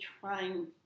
trying